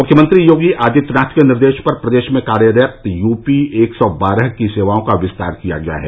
मुख्यमंत्री योगी आदित्यनाथ के निर्देश पर प्रदेश में कार्यरत यूपी एक सौ बारह की सेवाओं का विस्तार किया गया है